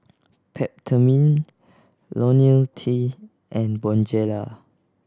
Peptamen Ionil T and Bonjela